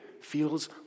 feels